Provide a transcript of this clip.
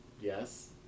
Yes